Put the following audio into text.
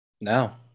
Now